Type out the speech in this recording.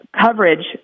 coverage